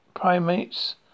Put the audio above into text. primates